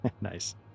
Nice